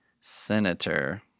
Senator